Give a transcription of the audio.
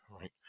right